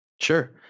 Sure